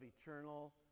eternal